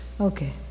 okay